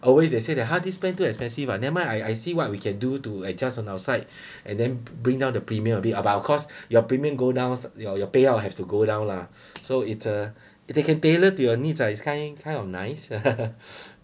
always they say that !huh! this plan too expensive uh never mind I I see what we can do to adjust on our side and then bring down the premium a bit but of our course your premium go down your your pay out have to go down lah so it's uh it they can tailor to your need is kind kind of nice